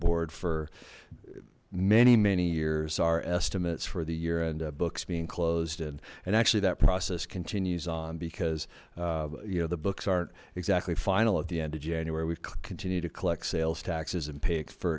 board for many many years our estimates for the year and books being closed and and actually that process continues on because you know the books aren't exactly final at the end of january we continue to collect sales taxes and paid for